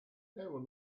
there